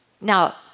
Now